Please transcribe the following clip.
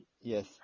yes